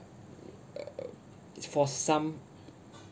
mm uh uh it for some